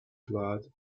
glad